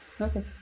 Okay